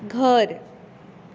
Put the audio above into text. घर